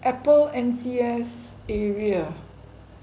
apple N_C_S area